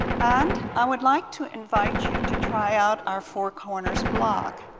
and i would like to invite you to try out our four corners blog.